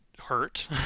Hurt